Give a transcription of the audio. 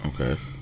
Okay